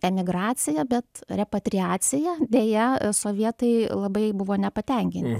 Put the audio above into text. emigracija bet repatriacija deja sovietai labai buvo nepatenkinti